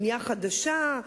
בנייה חדשה.